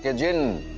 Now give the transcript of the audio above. and jinn